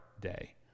day